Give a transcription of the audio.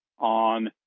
on